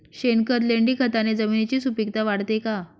शेणखत, लेंडीखताने जमिनीची सुपिकता वाढते का?